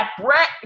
Brett